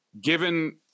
given